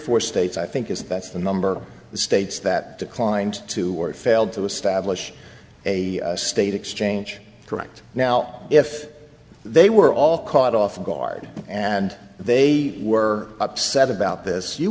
four states i think is that's the number of states that declined to where it failed to establish a state exchange correct now if they were all caught off guard and they were upset about this you